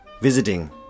visiting